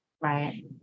Right